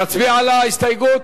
להצביע על ההסתייגות?